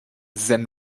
than